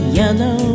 yellow